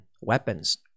weapons